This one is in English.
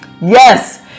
Yes